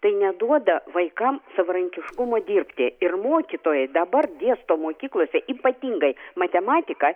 tai neduoda vaikam savarankiškumo dirbti ir mokytojai dabar dėsto mokyklose ypatingai matematiką